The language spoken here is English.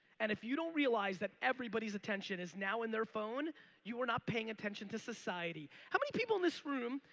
and if you don't realize that everybody's attention is now in their phone you are not paying attention to society. how many people in this room,